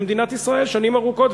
במדינת ישראל שנים ארוכות.